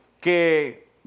Que